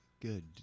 Good